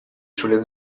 sulle